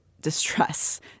distress